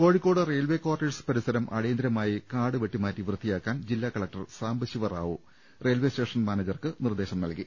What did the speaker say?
Kozhikode railway quarters പരിസരം അടിയന്തരമായി കാട് വെട്ടിമാറ്റി വൃത്തിയാക്കാൻ ജില്ലാ കലക്ടർ സാംബശിവറാവു റെയിൽവെ സ്റ്റേഷൻ മാനേജർക്ക് നിർദ്ദേശം നൽകി